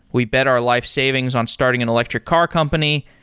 we bet our life savings on starting an electric car company.